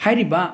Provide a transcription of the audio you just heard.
ꯍꯥꯏꯔꯤꯕ